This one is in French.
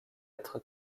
être